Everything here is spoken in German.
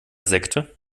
sekte